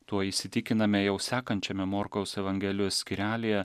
tuo įsitikiname jau sekančiame morkaus evangelijos skyrelyje